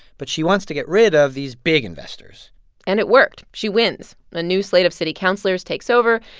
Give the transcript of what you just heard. but she wants to get rid of these big investors and it worked. she wins. a new slate of city councilors takes over,